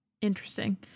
interesting